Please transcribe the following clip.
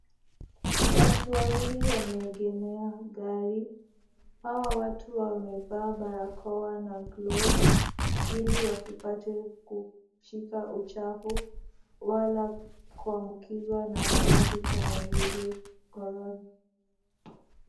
Watu wawili wameegemea gari, hao watu wamevaa barakoa na glovu, ili wasipate kushika uchafu, wala kuambukizwa na marathi kama vile, Korona.